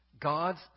God's